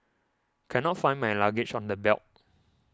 cannot find my luggage on the belt